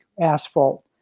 asphalt